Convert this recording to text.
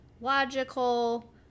logical